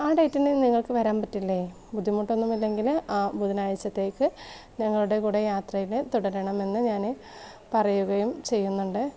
ആ ഡേറ്റിന് നിങ്ങൾക്ക് വരാൻ പറ്റില്ലേ ബുദ്ധിമുട്ടൊന്നും ഇല്ലെങ്കിൽ ആ ബുധനാഴ്ചത്തേക്ക് ഞങ്ങളുടെ കൂടെ യാത്രയിൽ തുടരണമെന്ന് ഞാൻ പറയുകയും ചെയ്യുന്നുണ്ട്